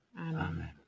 amen